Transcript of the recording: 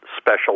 special